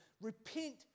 Repent